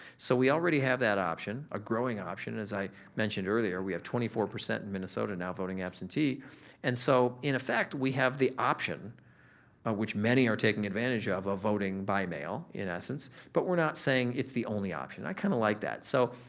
so, we already have that option, a growing option. as i mentioned earlier, we have twenty four percent in minnesota now voting absentee and so in effect we have the option which many are taking advantage of of voting by mail in essence but we're not saying it's the only option. i kinda like that. so,